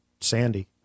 Sandy